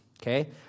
okay